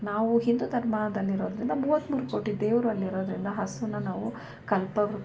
ನಾವು ಹಿಂದೂ ಧರ್ಮದಲ್ಲಿರೋದರಿಂದ ಮೂವತ್ತ್ಮೂರು ಕೋಟಿ ದೇವರು ಅಲ್ಲಿರೋದರಿಂದ ಹಸುವನ್ನ ನಾವು ಕಲ್ಪವೃ